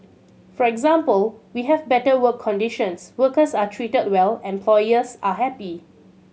for example we have better work conditions workers are treated well employers are happy